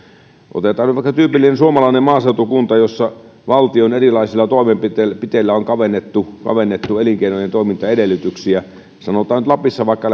otetaan nyt vaikka tyypillinen suomalainen maaseutukunta jossa valtion erilaisilla toimenpiteillä on kavennettu kavennettu elinkeinojen toimintaedellytyksiä sanotaan nyt vaikka